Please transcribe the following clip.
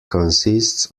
consists